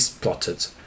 plotted